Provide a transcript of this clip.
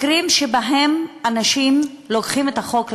מקרים שבהם אנשים לוקחים את החוק לידיים,